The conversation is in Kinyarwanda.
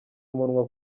umunwa